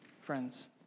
friends